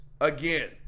again